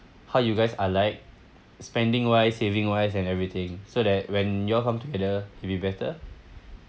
how you guys are like spending wise saving wise and everything so that when you all come together it'd be better